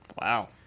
Wow